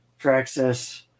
traxxas